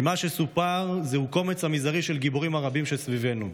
ממה שסופר זהו קומץ מזערי של הגיבורים הרבים שסביבנו.